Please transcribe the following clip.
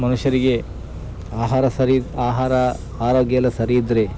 ಮನುಷ್ಯರಿಗೆ ಆಹಾರ ಸರಿ ಆಹಾರ ಆರೋಗ್ಯ ಎಲ್ಲ ಸರಿ ಇದ್ದರೆ